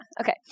Okay